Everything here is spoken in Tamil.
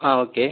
ஆ ஓகே